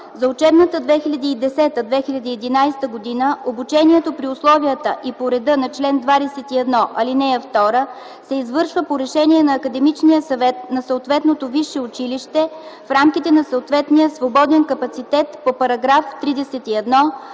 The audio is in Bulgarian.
За учебната 2010/2011 г. обучението при условията и по реда на чл. 21, ал. 2 се извършва по решение на Академичния съвет на съответното висше училище, в рамките на съответния свободен капацитет по § 31,